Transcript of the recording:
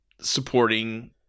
supporting